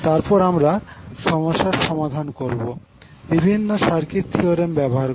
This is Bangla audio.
তারপর আমরা সমস্যার সমাধান করবো বিভিন্ন সার্কিট থিওরেম ব্যবহার করে